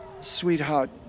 Sweetheart